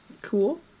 Cool